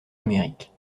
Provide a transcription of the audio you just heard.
amérique